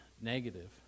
negative